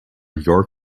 yellow